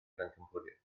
bencampwriaeth